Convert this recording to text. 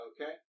Okay